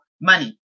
money